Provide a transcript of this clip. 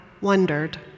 wondered